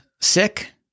sick